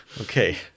Okay